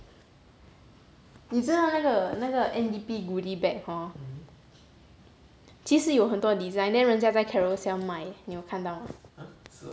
你知道那个那个 N_D_P goody bag hor 其实有很多 design then 人家在 carousell 卖你有看到吗